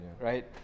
Right